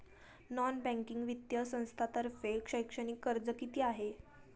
Non banking वित्तीय संस्थांतर्फे शैक्षणिक कर्ज किती आहे?